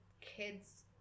kids